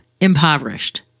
impoverished